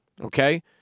okay